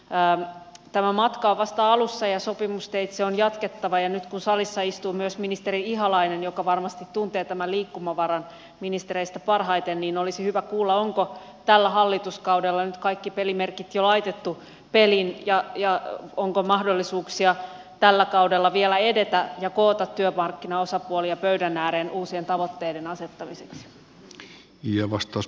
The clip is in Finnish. tämä matka on vasta alussa ja sopimusteitse on jatkettava ja nyt kun salissa istuu myös ministeri ihalainen joka varmasti tuntee tämän liikkumavaran ministereistä parhaiten niin olisi hyvä kuulla onko tällä hallituskaudella nyt kaikki pelimerkit jo laitettu peliin ja onko mahdollisuuksia tällä kaudella vielä edetä ja koota työmarkkinaosapuolia pöydän ääreen uusien tavoitteiden asettamiseksi